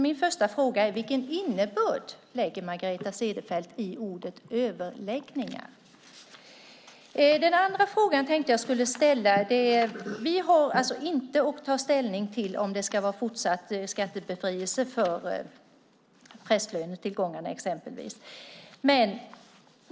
Min första fråga är: Vilken innebörd lägger Margareta Cederfelt i ordet överläggningar? Den andra frågan som jag tänkte att jag skulle ställa utgår från att vi alltså inte har att ta ställning till om det ska vara fortsatt skattebefrielse för prästlönetillgångarna exempelvis.